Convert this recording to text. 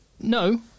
No